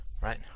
right